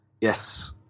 Yes